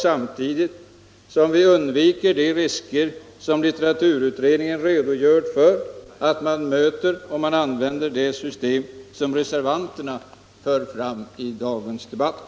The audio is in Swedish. Samtidigt undviker vi de risker som litteraturutredningen redogör för att man möter om man använder det system som reservanterna för fram i dagens debatt.